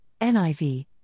NIV